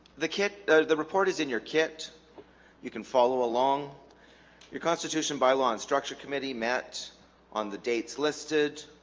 the kit the the report is in your kit you can follow along your constitution by law and structure committee met on the dates listed